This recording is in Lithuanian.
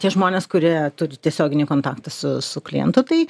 tie žmonės kurie turi tiesioginį kontaktą su su klientu tai